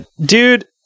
dude